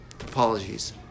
apologies